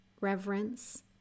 reverence